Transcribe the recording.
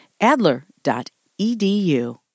Adler.edu